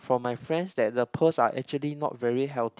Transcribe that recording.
from my friends that the pearls are actually not very healthy